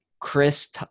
Chris